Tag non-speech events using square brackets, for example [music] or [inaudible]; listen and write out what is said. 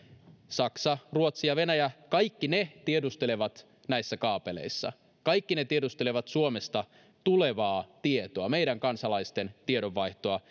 saksa ruotsi ja venäjä kaikki ne tiedustelevat näissä kaapeleissa kaikki ne tiedustelevat suomesta tulevaa tietoa meidän kansalaisten tiedonvaihtoa [unintelligible]